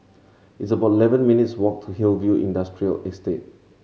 it's about eleven minutes' walk to Hillview Industrial Estate